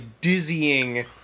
dizzying